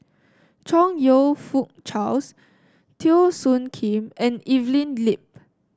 Chong You Fook Charles Teo Soon Kim and Evelyn Lip